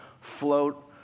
float